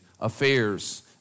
affairs